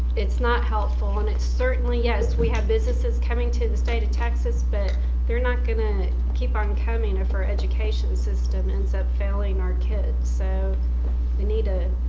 it's not helpful and it's certainly yes we have businesses coming to the state of texas but they're not gonna keep on coming if our education system ends up failing our kids so they need a,